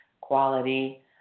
quality